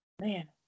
Man